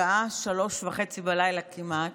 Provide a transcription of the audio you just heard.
השעה 03:30 כמעט,